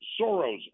Soros